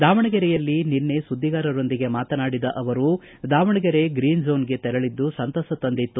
ದಾವಣಗೆರೆಯಲ್ಲಿ ನಿನ್ನೆ ಸುದ್ಧಿಗಾರರೊಂದಿಗೆ ಮಾತನಾಡಿದ ಅವರು ದಾವಣಗೆರೆ ಗ್ರೀನ್ ಝೋನ್ಗೆ ತೆರಳಿದ್ದು ಸಂತಸ ತಂದಿತ್ತು